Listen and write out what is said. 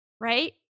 right